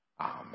Amen